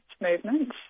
movements